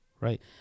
right